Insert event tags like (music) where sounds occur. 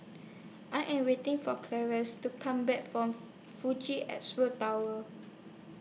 I Am waiting For Claudia's to Come Back from (noise) Fuji Xerox Tower